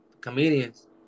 comedians